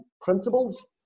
principles